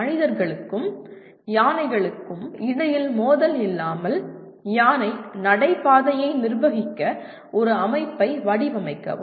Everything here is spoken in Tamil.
மனிதர்களுக்கும் யானைகளுக்கும் இடையில் மோதல் இல்லாமல் யானை நடைபாதையை நிர்வகிக்க ஒரு அமைப்பை வடிவமைக்கவும்